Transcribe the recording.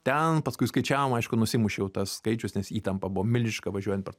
ten paskui skaičiavom aišku nusimušė jau tas skaičius nes įtampa buvo milžiniška važiuojant per